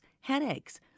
headaches